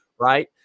Right